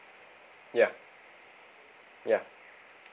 ya ya